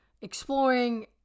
exploring